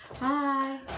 Hi